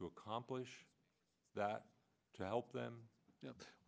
to accomplish that to help them